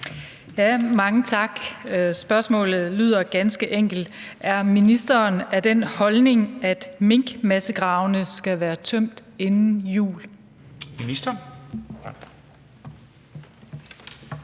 (V): Mange tak. Spørgsmålet lyder ganske enkelt: Er ministeren af den holdning, at minkmassegravene skal være tømt inden jul?